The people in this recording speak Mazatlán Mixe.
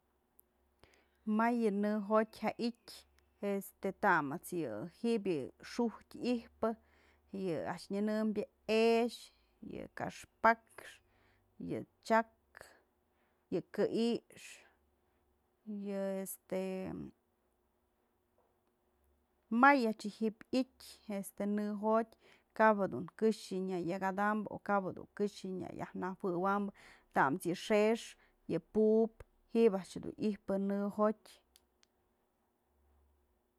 May yë nëjotyë jya i'ityë este tamët's yë ji'ibyë yë xujtyë i'ijpë, yë a'ax nyënëmbyë e'exë, yë kaxpakxë, yë chak, yë kë'ix, yë este, mayë yë a'ax ji'ib i'ityë este në jotyë kabë dun këxë nya yak jadampë o kap jedun këxyë nya yaj nëwëy wambë tam's yë xë'ëx, yë pupë ji'ib a'ax dun i'ijpë nëjo'otë.